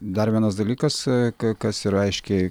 dar vienas dalykas kas ir aiškiai